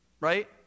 Right